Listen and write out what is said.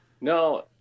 no